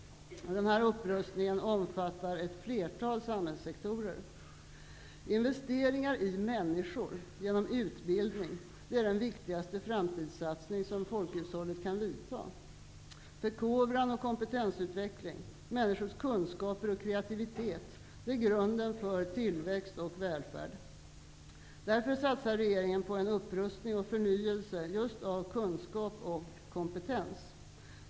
Upprustningen omfattar ett flertal samhällssektorer. Investeringar i människor genom utbildning är den viktigaste framtidssatsning som folkhushållet kan göra. Förkovran och kompetensutveckling -- människors kunskaper och kreativitet -- är grunden för tillväxt och välfärd. Därför satsar regeringen på en upprustning och förnyelse just av kunskap och kompetens.